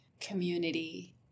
community